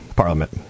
Parliament